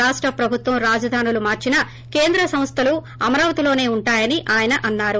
రాష్ట్ ప్రభుత్వం రాజధానులు మార్చినా కేంద్ర సంస్థలు అమరావతిలోసే ఉంటాయని ఆయన అన్నారు